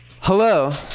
Hello